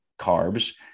carbs